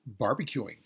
barbecuing